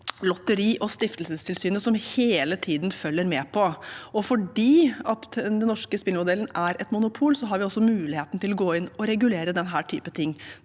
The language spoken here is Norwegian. Lotteri- og stiftelsestilsynet som hele tiden følger med på, og fordi den norske spillmodellen er et monopol, har vi også muligheten til å gå inn og regulere denne typen ting.